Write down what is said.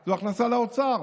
זאת הכנסה לאוצר.